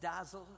dazzle